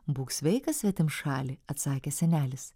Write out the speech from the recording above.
būk sveikas svetimšali atsakė senelis